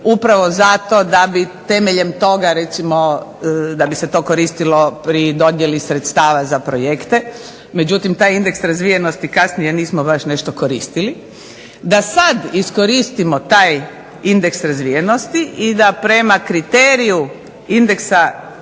upravo zato da bi se temeljem toga koristilo pri dodjeli sredstava za projekte, međutim, taj indeks razvijenosti kasnije nismo baš nešto koristili, da sada koristimo taj indeks razvijenosti i da prema tom kriteriju se